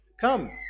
Come